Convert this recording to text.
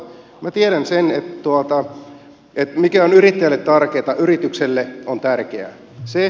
minä tiedän sen mikä on yrittäjälle tärkeää yritykselle tärkeää